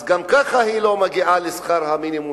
אז גם ככה היא לא מגיעה לשכר המינימום,